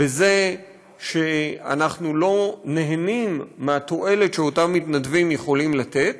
בזה שאנחנו לא נהנים מהתועלת שאותם מתנדבים יכולים לתת,